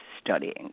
studying